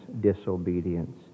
disobedience